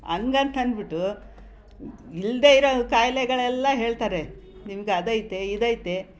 ಹಂಗಂತನ್ಬಿಟ್ಟು ಇಲ್ಲದೇ ಇರೋ ಖಾಯ್ಲೆಗಳೆಲ್ಲ ಹೇಳ್ತಾರೆ ನಿಮ್ಗೆ ಅದೈತೆ ಇದೈತೆ